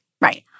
Right